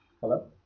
Hello